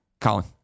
Colin